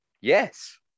Yes